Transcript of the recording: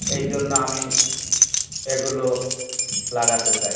এই জন্য আমি এগুলো লাগাতে চাই